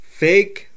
fake